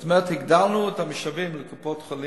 זאת אומרת, הגדלנו את המשאבים לקופות-חולים,